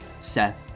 Seth